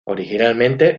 originalmente